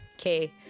Okay